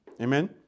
Amen